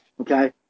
Okay